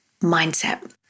mindset